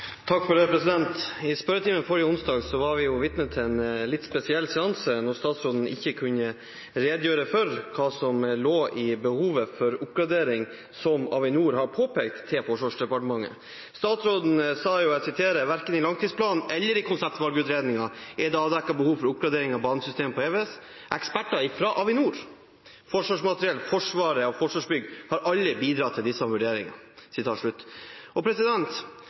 statsråden ikke kunne redegjøre for hva som lå i behovet for oppgradering, som Avinor har påpekt overfor Forsvarsdepartementet. Statsråden sa: «Verken i langtidsplanarbeidet eller i konseptvalgutredningen er det avdekket behov for oppgradering av banesystemet på Evenes. Eksperter fra Avinor, Forsvarsmateriell, Forsvaret og Forsvarsbygg har alle bidratt til disse vurderingene.» Undertegnede stilte gjentatte ganger spørsmål til forsvarsministeren på bakgrunn av det som Avinor skrev i et brev så sent som i fjor til Forsvarsdepartementet, hvor det sto: «Levetidskostnadene bør også omfatte banesystem og